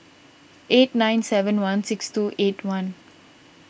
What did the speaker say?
eight nine seven one six two eight one